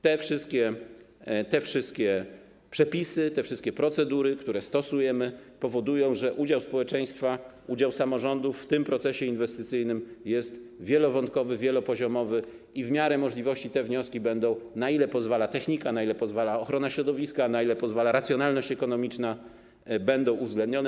Te wszystkie przepisy, te wszystkie procedury, które stosujemy, powodują, że udział społeczeństwa, udział samorządów w tym procesie inwestycyjnym jest wielowątkowy, wielopoziomowy i w miarę możliwości te wnioski będą, na ile pozwala technika, na ile pozwala ochrona środowiska, na ile pozwala racjonalność ekonomiczna, uwzględnione.